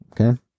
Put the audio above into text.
Okay